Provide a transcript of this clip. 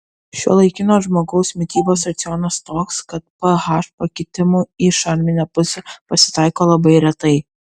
šiuolaikinio žmogaus mitybos racionas toks kad ph pakitimų į šarminę pusę pasitaiko labai retai